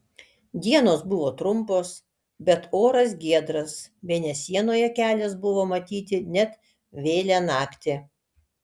dienos buvo trumpos bet oras giedras mėnesienoje kelias buvo matyti net vėlią naktį